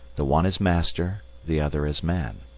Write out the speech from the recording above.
the one as master, the other as man